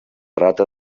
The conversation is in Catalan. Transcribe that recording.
rata